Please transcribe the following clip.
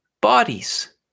bodies